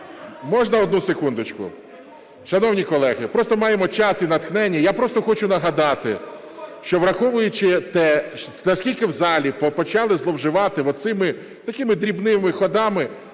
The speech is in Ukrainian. Можна одну секундочку? Шановні колеги, просто маємо час і натхнення, я просто хочу нагадати, що, враховуючи те, наскільки в залі почали зловживати оцими такими дрібними ходами,